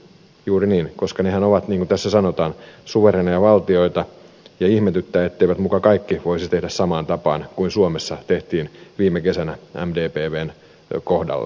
juuri niin koska nehän ovat niin kuin tässä sanotaan suvereeneja valtioita ja ihmetyttää etteivät muka kaikki voisi tehdä samaan tapaan kuin suomessa tehtiin viime kesänä mdpvn kohdalla